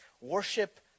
Worship